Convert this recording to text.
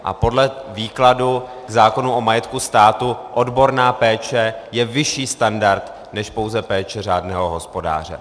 A podle výkladu k zákonu o majetku státu odborná péče je vyšší standard než pouze péče řádného hospodáře.